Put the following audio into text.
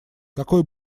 какой